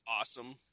awesome